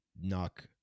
knock